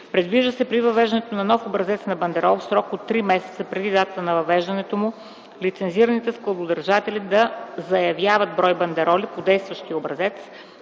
Предвижда се при въвеждане на нов образец на бандерол в срок три месеца преди датата на въвеждането му лицензираните складодържатели да заявяват брой бандероли по действащия образец,